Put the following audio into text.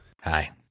Hi